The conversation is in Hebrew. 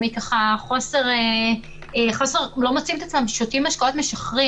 הם לא מוצאים את עצמם והם שותים משקאות משכרים.